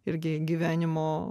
irgi gyvenimo